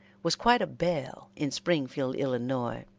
was quite a belle in springfield, illinois,